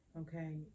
Okay